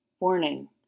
Warning